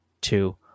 two